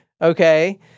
Okay